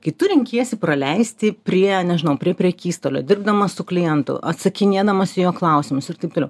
kai tu renkiesi praleisti prie nežinau prie prekystalio dirbdamas su klientu atsakinėdamas į jo klausimus ir taip toliau